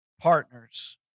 Partners